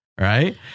Right